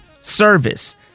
service